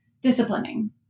disciplining